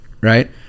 right